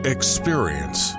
Experience